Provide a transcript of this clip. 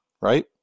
right